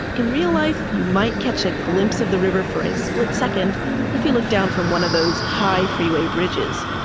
in real life, you might catch a glimpse of the river for a split second if you look down from one of those high freeway bridges.